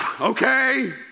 Okay